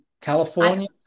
California